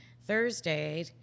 Thursday